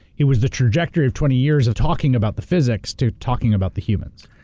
it was the trajectory of twenty years of talking about the physics to talking about the humans.